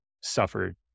suffered